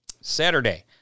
Saturday